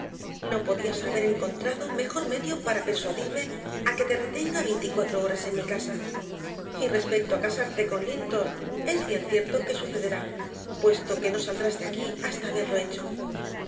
no podías haber encontrado mejor medio para persuadirme a que te retenga veinticuatro horas en mi casa y respecto a casarte con linton es bien cierto que sucederá puesto que no saldrás de aquí hasta haberlo hecho